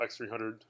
X300